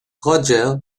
roger